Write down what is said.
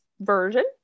version